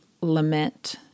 Lament